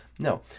No